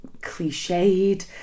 cliched